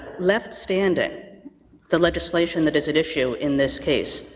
left standing the legislation that is at issue in this case.